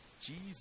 Jesus